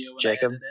jacob